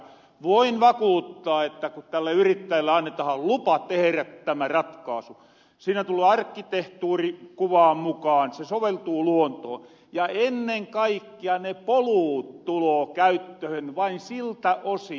voin vakuuttaa että ku tälle yrittäjälle annetaha lupa tehrä tämä ratkaasu siinä tulloo arkkitehtuuri kuvaan mukaan se soveltuu luontoon ja ennen kaikkea ne poluut tuloo käyttöhän vain siltä osin